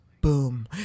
boom